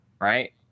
right